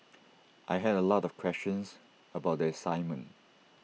I had A lot of questions about the assignment